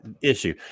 issue